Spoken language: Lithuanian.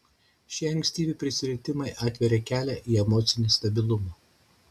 šie ankstyvi prisilietimai atveria kelią į emocinį stabilumą